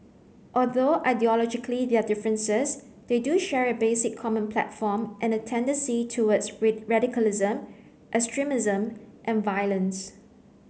although ideologically there are differences they do share a basic common platform and a tendency towards radicalism extremism and violence